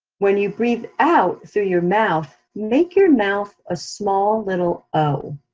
when you breathe out through your mouth, make your mouth, a small little o,